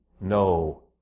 no